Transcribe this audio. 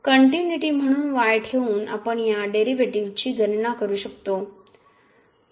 continuity म्हणून y ठेवून आपण या डेरिव्हेटिव्ह्जची गणना करू शकतो